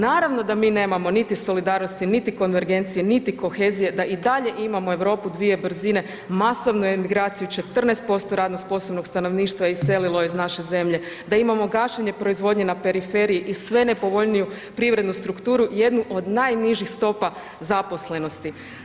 Naravno da mi nemao niti solidarnosti, niti konvergencije, niti kohezije, da i dalje imamo Europu dvije brzine masovnu emigraciju, 14% radno sposobnog stanovništva je iselilo iz naše zemlje, da imamo gašenje proizvodnje na periferiji i sve nepovoljniju privrednu strukturu jednu od najnižih stopa zaposlenosti.